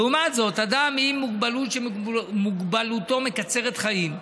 לעומת זאת, אדם עם מוגבלות שמוגבלותו מקצרת חיים,